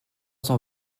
cent